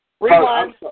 Rewind